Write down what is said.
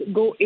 go